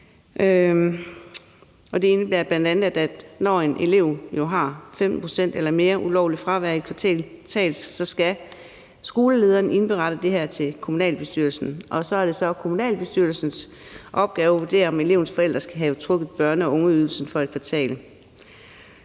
det indebærer bl.a., at når en elev har 15 pct. eller mere ulovligt fravær i løbet af et kvartal, så skal skolelederen indberette det til kommunalbestyrelsen, og så er det kommunalbestyrelsens opgave at vurdere, om elevens forældre skal have trukket børne- og ungeydelsen for et kvartal.